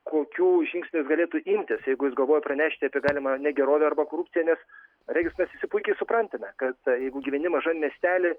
kokių žingsnių jis galėtų imtis jeigu jis galvoja pranešti apie galimą negerovę arba korupciją nes regis mes visi puikiai suprantame kad jeigu gyveni mažam miestely